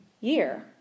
year